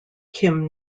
kim